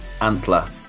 Antler